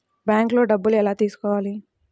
బ్యాంక్లో డబ్బులు ఎలా తీసుకోవాలి?